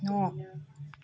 न'